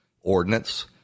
ordinance